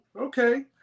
okay